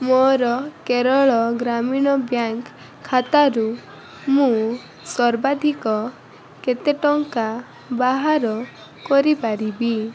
ମୋର କେରଳ ଗ୍ରାମୀଣ ବ୍ୟାଙ୍କ ଖାତାରୁ ମୁଁ ସର୍ବାଧିକ କେତେ ଟଙ୍କା ବାହାର କରିପାରିବି